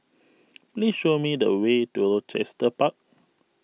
please show me the way to Chester Park